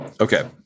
Okay